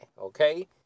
okay